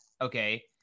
okay